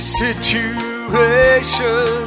situation